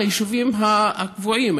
על היישובים הקבועים,